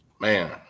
Man